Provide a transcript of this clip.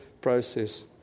process